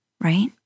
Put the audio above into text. right